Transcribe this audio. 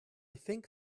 think